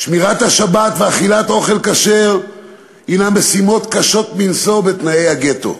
"שמירת השבת ואכילת אוכל כשר הנן משימות קשות מנשוא בתנאי הגטו.